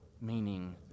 meaning